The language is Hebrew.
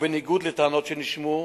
ובניגוד לטענות שנשמעו